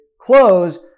close